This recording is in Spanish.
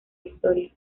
historia